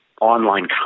online